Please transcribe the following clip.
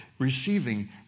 receiving